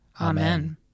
Amen